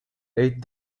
eight